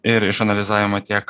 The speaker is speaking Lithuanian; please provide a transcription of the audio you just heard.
ir išanalizavimo tiek